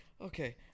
Okay